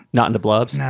not in the blob's.